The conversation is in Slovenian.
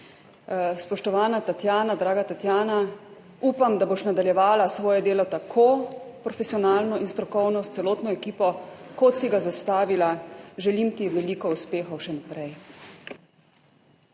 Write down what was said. Spoštovana Tatjana, draga Tatjana, upam, da boš nadaljevala svoje delo tako profesionalno in strokovno, s celotno ekipo kot si ga zastavila. Želim ti veliko uspehov še naprej.